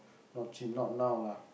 not cheap not now lah